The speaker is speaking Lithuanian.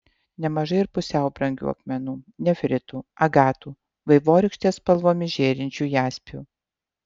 nemažai ir pusiau brangių akmenų nefritų agatų vaivorykštės spalvomis žėrinčių jaspių